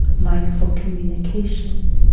mindful communications.